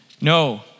No